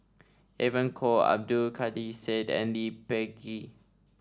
Evon Kow Abdul Kadir Syed and Lee Peh Gee